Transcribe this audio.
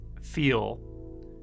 feel